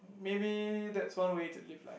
maybe that's one way to live life